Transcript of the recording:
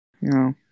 No